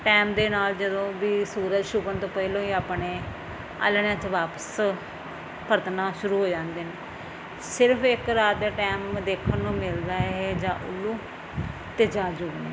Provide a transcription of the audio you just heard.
time ਦੇ ਨਾਲ ਜਦੋਂ ਵੀ ਸੂਰਜ ਛੁਪਣ ਤੋਂ ਪਹਿਲੋਂ ਹੀ ਆਪਣੇ ਆਲ੍ਹਣਿਆਂ 'ਚ ਵਾਪਸ ਪਰਤਣਾ ਸ਼ੁਰੂ ਹੋ ਜਾਂਦੇ ਨੇ ਸਿਰਫ ਇੱਕ ਰਾਤ ਦੇ ਟੈਮ ਦੇਖਣ ਨੂੰ ਮਿਲਦਾ ਹੈ ਜਾਂ ਉੱਲੂ ਅਤੇ ਜਾਂ ਜੁਗਨੂੰ